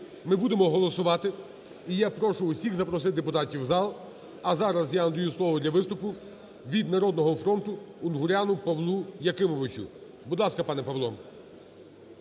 ми будемо голосувати, і я прошу усіх запросити депутатів в зал. А зараз я надаю слово для виступу від "Народного фронту" Унгуряну Павлу Якимовичу. Будь ласка, пане Павло.